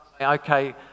okay